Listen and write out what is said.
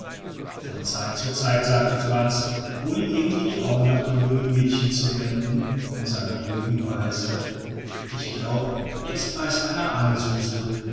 von zeit zu zeit sagte frantz ohne irgendwie die augen nach dem jungen mädchen zu wenden in seiner ruhigen weise ich glaube jetzt beißt einer an suzel